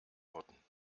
motten